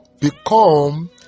become